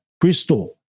crystal